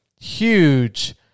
huge